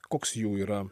koks jų yra